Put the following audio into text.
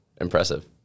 impressive